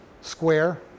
square